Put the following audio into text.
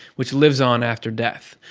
which lives on after death.